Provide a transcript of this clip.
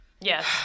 Yes